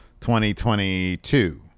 2022